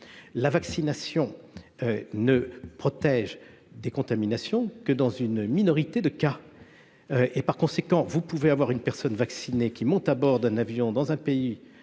la vaccination ne protège des contaminations que dans une minorité de cas. Par conséquent, il pourrait arriver qu'une personne vaccinée montant à bord d'un avion dans un pays